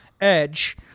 edge—